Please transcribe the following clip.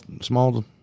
small